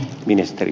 ministeri